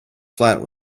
flat